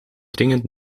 dringend